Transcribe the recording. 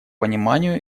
пониманию